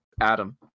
Adam